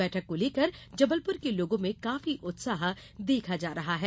बैठक को लेकर जबलपुर के लोगों में काफी उत्साह देखा जा रहा है